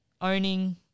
owning